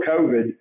COVID